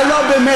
אתה לא בא.